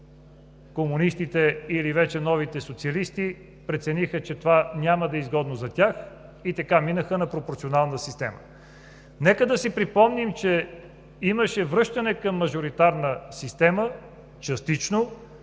комунистите или вече новите социалисти прецениха, че това няма да е изгодно за тях и така минаха на пропорционална система. Нека да си припомним, че имаше връщане към мажоритарна система, частично